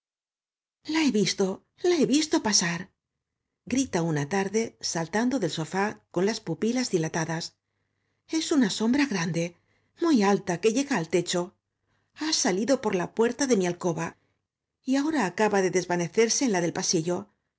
la he visto la he visto pasar grita una tarde saltando del sofá con las pupilas dilatadas es una sombra grande muy alta que llega al techo ha salido por la puerta de mi alcoba y ahora acaba de desvanecerse en la del pasillol